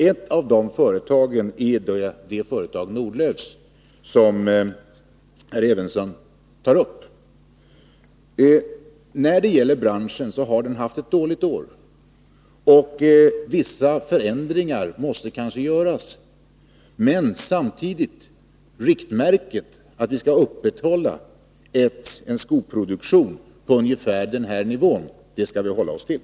Ett av de företagen är Nordlöfs, ett av de företag som herr Evensson nämnde. Branschen har haft ett dåligt år, och vissa förändringar måste kanske göras, men riktmärket — att vi skulle upprätthålla en skoproduktion på ungefär nuvarande nivå — skall vi hålla oss till.